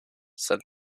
said